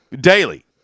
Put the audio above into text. Daily